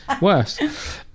worse